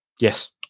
Yes